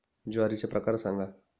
ज्वारीचे प्रकार सांगा